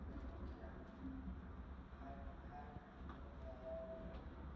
ꯂꯩꯕ ꯀꯌꯥ ꯍꯥꯏꯅꯍꯟꯕ ꯀꯌꯥ ꯌꯥꯎꯏ